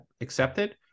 accepted